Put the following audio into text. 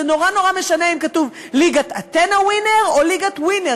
זה נורא נורא משנה אם כתוב "ליגת אתן הווינר" או "ליגת ווינר",